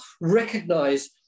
recognize